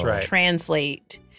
translate